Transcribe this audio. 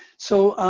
so